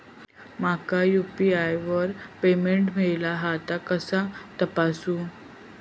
माका यू.पी.आय वर पेमेंट मिळाला हा ता मी कसा तपासू?